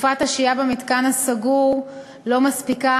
ותקופת השהייה במתקן הסגור לא מספיקה